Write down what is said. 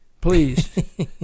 please